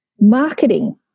marketing